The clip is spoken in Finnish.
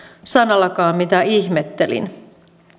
sanallakaan mitä ihmettelin